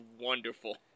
wonderful